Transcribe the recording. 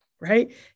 right